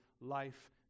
life